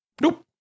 Nope